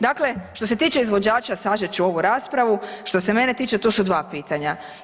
Dakle, što se tiče izvođača, sažet ću ovu raspravu, što se mene tiče to su dva pitanja.